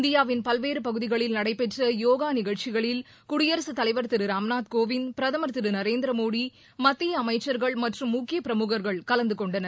இந்தியாவின் பல்வேறு பகுதிகளில் நடைபெற்ற யோகா நிகழ்ச்சிகளில் குடியரசுத் தலைவர் திரு ராம்நாத் கோவிந்த் பிரதமர் திரு நரேந்திரமோடி மத்திய அமைச்சர்கள் மற்றும் முக்கிய பிரமுகர்கள் கலந்துகொண்டனர்